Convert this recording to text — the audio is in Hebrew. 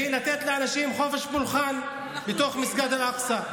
ולתת לאנשים חופש פולחן בתוך מסגד אל-אקצא.